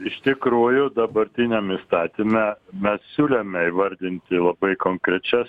iš tikrųjų dabartiniam įstatyme mes siūlėme įvardinti labai konkrečias